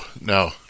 no